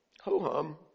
Ho-hum